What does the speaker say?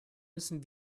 müssen